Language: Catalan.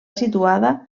situada